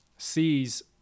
sees